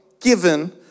given